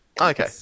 okay